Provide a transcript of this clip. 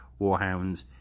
Warhounds